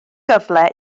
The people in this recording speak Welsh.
gyfle